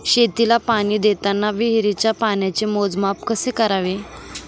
शेतीला पाणी देताना विहिरीच्या पाण्याचे मोजमाप कसे करावे?